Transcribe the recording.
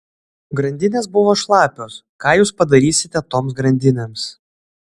grandinės buvo šlapios ką jūs padarysite toms grandinėms